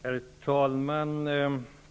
Herr talman!